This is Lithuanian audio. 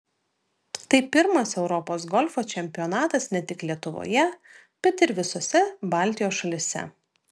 tai pirmas europos golfo čempionatas ne tik lietuvoje bet ir visose baltijos šalyse